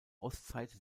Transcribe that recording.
ostseite